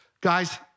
guys